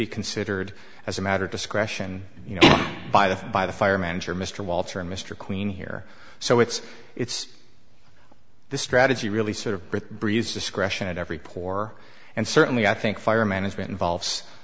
be considered as a matter of discretion you know by the by the fire manager mr walter and mr queen here so it's it's the strategy really sort of bridge breeze discretion at every pore and certainly i think fire management involves